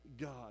God